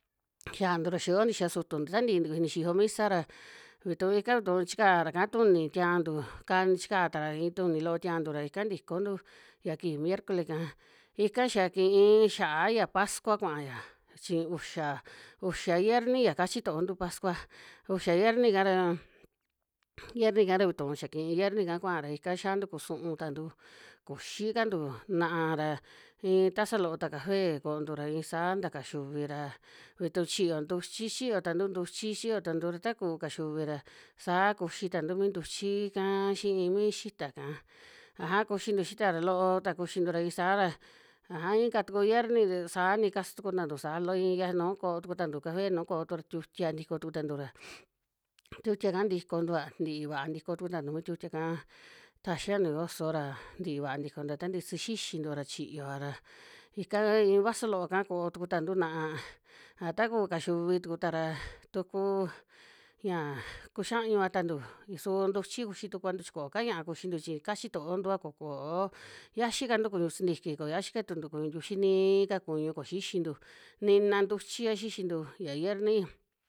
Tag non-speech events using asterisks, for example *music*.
Xiantu ra xia yoo ntixia sutu ta ntii ntuki *unintelligible* xiyo misa ra vituu ika, vituu chikara'ka tuni tiaantu kan kicha tara iin tuni loo tiantu ra ika ntikontu ya kivi miercole'ka, ika xa kii xia'a ya pascua kuaya, chi uxa, uxa yierni ya kachi toontu pascua uxa yierni'ka ra, *noise* yierni'ka ra vituu xa kii yierni'ka kuaa ra ika xiantu ku su'u tantu, kuxi kantu naa ra iin tasa loo ta café koontu ra iin saa ta kaxiuvi ra, vituu chiyo ntuchi, chiyo tantu ntuchi chiyo tuntu ra takuu kaxiuvi ra saa kuixi tantu mi ntuchi'ka xii mi tixa'ka, aja kuxintu xita ra loo ta kuxintu ra iin saa ra, aja inka tuku yierni a saa ni kasa tuku nantu sa loo iña, nuu ko'o tukutantu café nu koo tu ra tiutia ntikontu ko'o tuku tantu ra, *noise* tiutia'ka ntiko ntua ntii vaa ntiko tuku tantu mi tiutia'ka, taxia nuu yoso ra ntii va ntikontua ta nti sixixintua ra chiyoa ra ikaa iin vaso looaka koo tuku tantu na'a, aj ta kuu kaxiuvi tuku ta ra tuku yia kuxiañuva tantu su ntuchi tuxi tukuantu chi koo ka ñaa kuxintu chi kachi toontua ko koo yiaxi kantu kuñu sintiki, ko yiaxi ka tuntu kuñu ntiuxi nii ka kuñu ko xixintu nina ntuchia xixintu yia yierni.